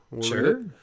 Sure